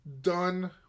done